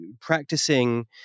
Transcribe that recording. practicing